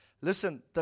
Listen